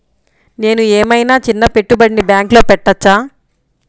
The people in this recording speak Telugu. నేను ఏమయినా చిన్న పెట్టుబడిని బ్యాంక్లో పెట్టచ్చా?